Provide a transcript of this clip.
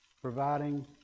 providing